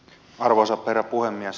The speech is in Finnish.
arvoisa herra puhemies